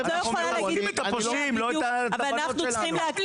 צריך להרחיק את הפושעים, לא את הבנות שלנו.